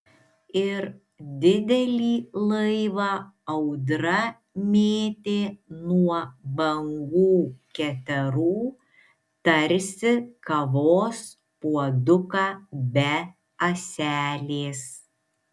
ir didelį laivą audra mėtė nuo bangų keterų tarsi kavos puoduką be ąselės